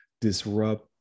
disrupt